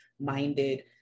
minded